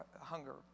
hunger